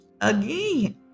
Again